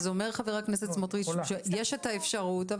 אז אומר חבר הכנסת סמוטריץ' שיש את האפשרות,